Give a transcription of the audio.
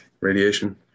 radiation